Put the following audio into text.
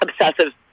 obsessive